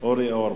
אורי אורבך.